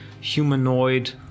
humanoid